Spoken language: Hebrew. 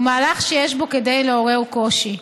הוא מהלך שיש בו כדי לעורר קושי.